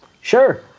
Sure